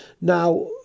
now